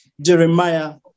Jeremiah